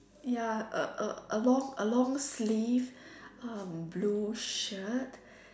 ya a a a long a long sleeve uh blue shirt